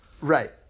Right